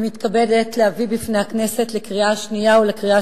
אני מתכבדת להביא בפני הכנסת לקריאה שנייה ולקריאה